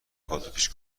کادوپیچ